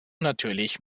natürlich